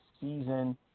season